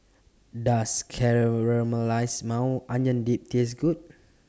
Does Caramelized Maui Onion Dip Taste Good